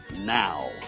now